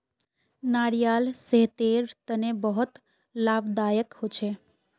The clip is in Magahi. नारियाल सेहतेर तने बहुत लाभदायक होछे